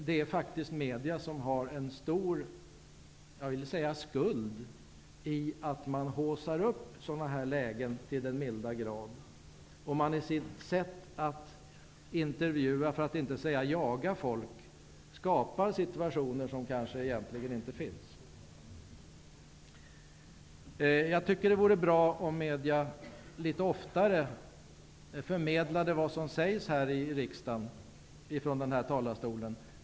Media har faktiskt, vill jag säga, en stor skuld till att man haussar upp sådana här lägen till den milda grad. Med sitt sätt att intervjua -- för att inte säga jaga folk -- skapar media situationer som kanske egentligen inte finns. Jag tycker att det vore bra om media litet oftare förmedlade vad som sägs från riksdagens talarstol.